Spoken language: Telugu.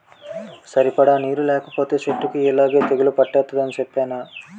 సరిపడా నీరు లేకపోతే సెట్టుకి యిలాగే తెగులు పట్టేద్దని సెప్పేనా?